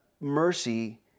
mercy